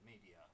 media